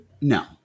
No